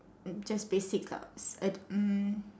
just basic stuff I um